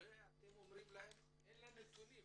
ואומרים להם שאלה הנתונים?